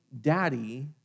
daddy